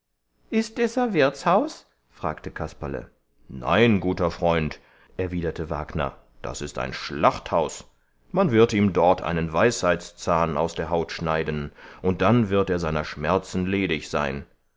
is das a wirtshaus fragte kasperle nein guter freund erwiderte wagner das ist ein schlachthaus man wird ihm dort einen weisheitszahn aus der haut schneiden und dann wird er seiner schmerzen ledig sein